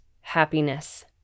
happiness